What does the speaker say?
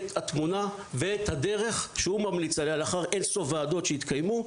את התמונה ואת הדרך שהוא ממליץ עליה לאחר אין-סוף ועדות שהתקיימו,